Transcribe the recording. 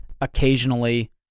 occasionally